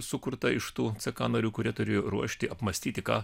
sukurta iš tų ck narių kurie turėjo ruošti apmąstyti ką